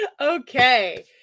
okay